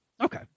Okay